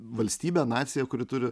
valstybę naciją kuri turi